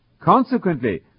Consequently